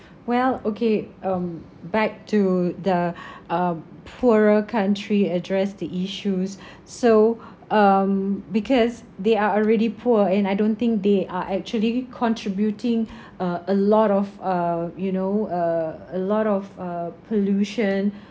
well okay um back to the uh poorer country address the issues so um because they are already poor and I don't think they are actually contributing uh a lot of uh you know uh a lot of uh pollution